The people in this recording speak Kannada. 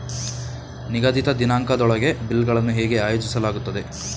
ನಿಗದಿತ ದಿನಾಂಕದೊಳಗೆ ಬಿಲ್ ಗಳನ್ನು ಹೇಗೆ ಆಯೋಜಿಸಲಾಗುತ್ತದೆ?